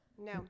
No